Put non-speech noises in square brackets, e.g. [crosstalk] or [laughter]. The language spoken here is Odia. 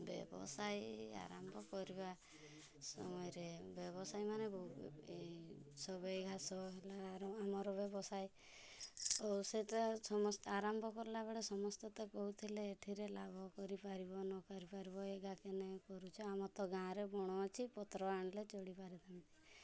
ବ୍ୟବସାୟୀ ଆରମ୍ଭ କରିବା ସମୟରେ ବ୍ୟବସାୟୀମାନେ ବହୁ ଏଇ ସବାଇ ଘାସ ହେଲା ଆମର ବ୍ୟବସାୟୀ ତ ସେଇଟା ସମସ୍ତେ ଆରମ୍ଭ କଲା ବେଳେ ସମସ୍ତେ ତ କହୁଥିଲେ ଏଥିରେ ଲାଭ କରିପାରିବ ନ କରିପାରିବ [unintelligible] କେନ କରୁଛ ଆମର ତ ଗାଁରେ ବଣ ଅଛି ପତ୍ର ଆଣିଲେ ଚଳି ପାରିଥାନ୍ତି